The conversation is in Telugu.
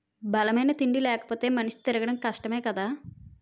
బలమైన తిండి లేపోతే మనిషి తిరగడం కష్టమే కదా